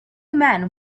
men